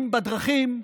אם בדרכים,